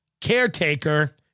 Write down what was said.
caretaker